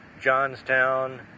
Johnstown